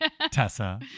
Tessa